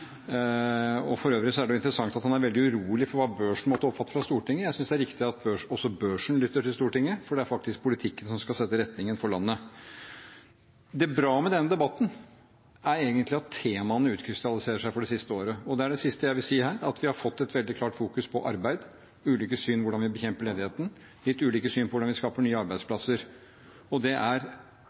Børsen. For øvrig er det interessant at han er veldig urolig for hva Børsen måtte oppfatte fra Stortinget. Jeg synes det er riktig at også Børsen lytter til Stortinget, for det er faktisk politikken som skal sette retningen for landet. Det som er bra med denne debatten, er egentlig at temaene utkrystalliserer seg for det siste året. Og det er det siste jeg vil si her: at vi har fått et veldig klart fokus på arbeid, ulike syn på hvordan vi bekjemper ledigheten, litt ulike syn på hvordan vi skaper nye arbeidsplasser. Det er